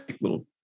little